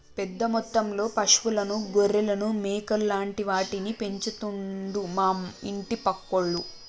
పెద్ద మొత్తంలో పశువులను గొర్రెలను మేకలు లాంటి వాటిని పెంచుతండు మా ఇంటి పక్కోళ్లు